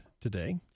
today